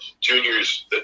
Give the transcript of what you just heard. Juniors